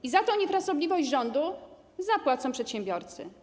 I za tę niefrasobliwość rządu zapłacą przedsiębiorcy.